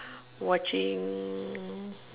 watching